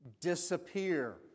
Disappear